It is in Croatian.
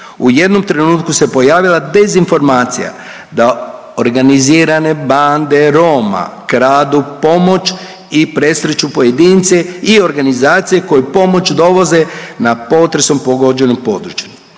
U jednom trenutku se pojavila dezinformacija da organizirane bande Roma kradu pomoć i presreću pojedince i organizacije koje pomoć dovoze na potresom pogođenom području.